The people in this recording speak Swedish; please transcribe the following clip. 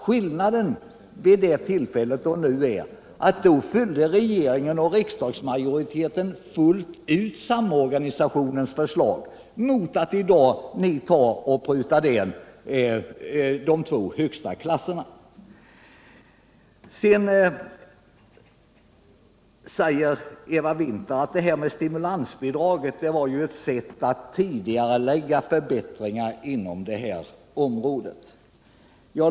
Skillnaden mellan det tidigare tillfället och nu är dock att regeringen och riksdagsmajoriteten då fullt ut följde samorganisationens förslag, medan ni i dag prutar ner de två högsta klasserna! Sedan sade Eva Winther att stimulansbidraget var ett sätt att tidigarelägga förbättringar inom området.